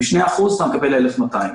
עם 2% אתה מקבל 1,200 מיטות.